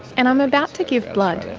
and i'm about to give blood.